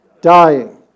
dying